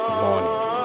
morning